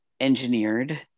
engineered